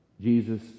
Jesus